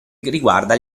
riguarda